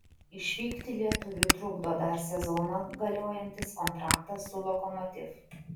išvykti lietuviui trukdo dar sezoną galiojantis kontraktas su lokomotiv